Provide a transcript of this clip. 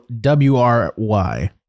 W-R-Y